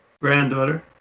Granddaughter